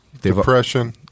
Depression